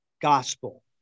gospel